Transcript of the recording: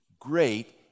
Great